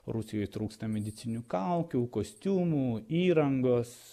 rusijoj trūksta medicininių kaukių kostiumų įrangos